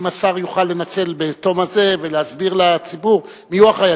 אם השר יוכל לנצל בתום דבריו ולהסביר לציבור מיהו האחראי.